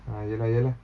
ah ya lah ya lah